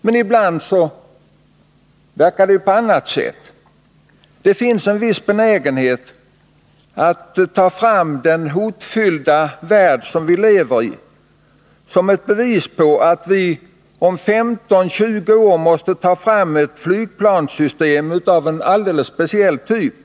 Men ibland framställs det som om så inte skulle vara fallet. Det finns en viss benägenhet att ta fram den hotfyllda värd vi lever i som bevis på att vi om Nr 45 15-20 år måste få fram ett nytt flygplanssystem av en alldeles speciell typ.